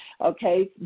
okay